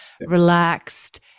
relaxed